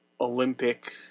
Olympic